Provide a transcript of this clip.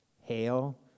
hail